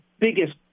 biggest